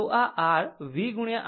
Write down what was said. તો આ r v i છે